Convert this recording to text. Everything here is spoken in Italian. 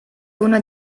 uno